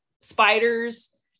spiders